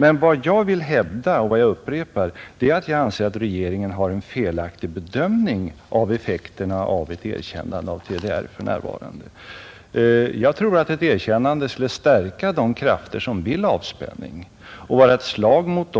Men vad jag ville hävda och vad jag upprepar är att jag anser att regeringen gör en felaktig bedömning av effekterna av ett erkännande av TDR för närvarande. Jag tror att ett erkännande skulle stärka de krafter som vill avspänning och skulle vara ett slag mot